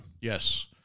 Yes